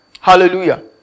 Hallelujah